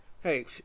Hey